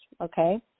okay